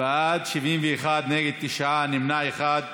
בעד, 71, נגד, תשעה, נמנע אחד.